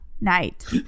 night